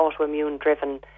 autoimmune-driven